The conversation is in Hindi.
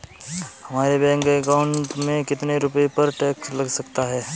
हमारे बैंक अकाउंट में कितने रुपये पर टैक्स लग सकता है?